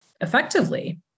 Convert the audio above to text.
effectively